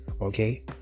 Okay